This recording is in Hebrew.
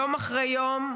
יום אחרי יום,